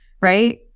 Right